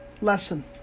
lesson